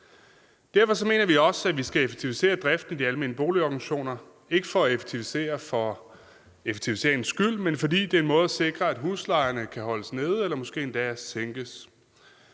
Derfor mener vi også, at vi skal effektivisere driften i de almene boligorganisationer, ikke for at effektivisere for effektiviseringens skyld, men fordi det er en måde at sikre på, at huslejerne kan holdes nede eller måske endda sænkes.